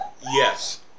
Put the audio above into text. Yes